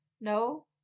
No